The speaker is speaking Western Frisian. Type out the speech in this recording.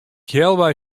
healwei